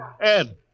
Ed